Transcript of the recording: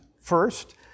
first